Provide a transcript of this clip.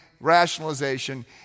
rationalization